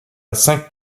cinq